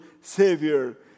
Savior